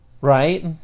right